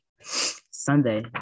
Sunday